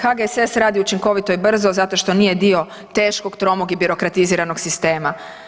HSSS radi učinkovito i brzo zato što nije dio teškog, tromog i birokratiziranog sistema.